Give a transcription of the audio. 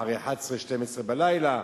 אחרי 23:00, 24:00,